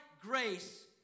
grace